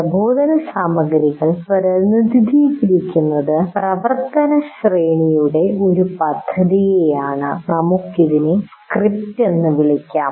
പ്രബോധനസാമഗ്രികൾ പ്രതിനിധീകരിക്കുന്നത് പ്രവർത്തനശ്രേണിയുടെ ഒരു പദ്ധതിയെ ആണ് നമുക്ക് ഇതിനെ ഒരു സ്ക്രിപ്റ്റ് എന്ന് വിളിക്കാം